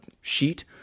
sheet